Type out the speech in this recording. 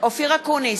אופיר אקוניס,